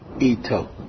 ito